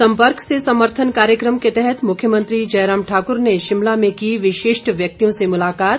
सम्पर्क से समर्थन कार्यक्रम के तहत मुख्यमंत्री जयराम ठाकुर ने शिमला में की विशिष्ट व्यक्तियों से मुलाक़ात